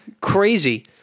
Crazy